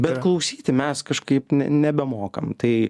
bet klausyti mes kažkaip nebemokam tai